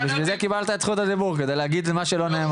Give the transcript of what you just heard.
פשוט נדהם מגובה הדמגוגיה שאנחנו שומעים פה